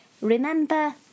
Remember